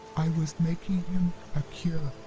i was making him a cure,